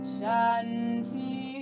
Shanti